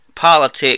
politics